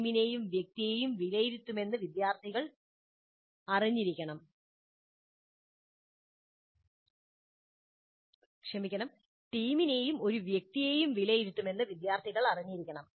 ടീമിനേയും ഒരോ വ്യക്തിയെയും വിലയിരുത്തുമെന്ന് വിദ്യാർത്ഥികൾ മനസ്സിലാക്കണം